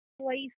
place